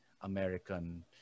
American